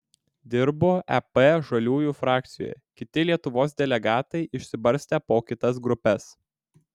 dirbu ep žaliųjų frakcijoje kiti lietuvos delegatai išsibarstę po kitas grupes